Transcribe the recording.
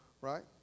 Right